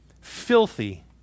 filthy